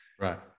Right